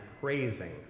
praising